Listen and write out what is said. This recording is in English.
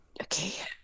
Okay